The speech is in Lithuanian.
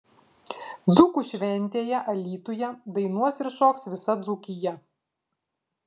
dzūkų šventėje alytuje dainuos ir šoks visa dzūkija